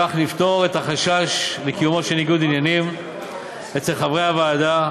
כך נפתור את החשש לקיומו של ניגוד עניינים אצל חברי הוועדה,